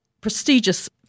prestigious